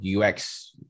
ux